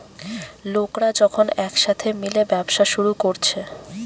লোকরা যখন একসাথে মিলে ব্যবসা শুরু কোরছে